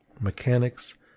mechanics